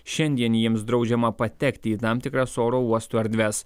šiandien jiems draudžiama patekti į tam tikras oro uosto erdves